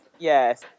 Yes